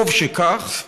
טוב שכך,